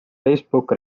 facebook